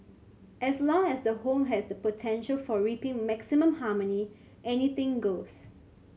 as long as the home has the potential for reaping maximum harmony anything goes